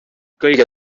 kõige